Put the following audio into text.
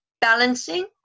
balancing